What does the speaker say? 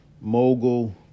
mogul